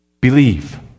Believe